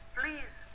please